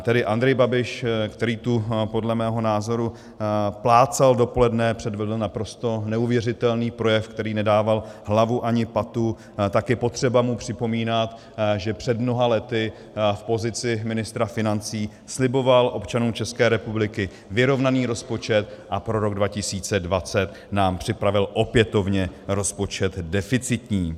Tedy Andrej Babiš, který tu podle mého názoru plácal dopoledne, předvedl naprosto neuvěřitelný projev, který nedával hlavu ani patu, tak je potřeba mu připomínat, že před mnoha lety v pozici ministra financí sliboval občanům České republiky vyrovnaný rozpočet, a pro rok 2020 nám připravil opětovně rozpočet deficitní.